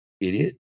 idiot